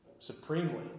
supremely